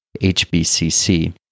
HBCC